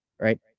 right